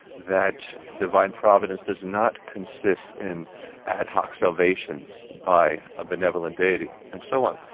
that divine providence does not consist in ad hoc salvations by a benevolent deity, and so on.